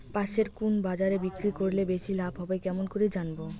পাশের কুন বাজারে বিক্রি করিলে বেশি লাভ হবে কেমন করি জানবো?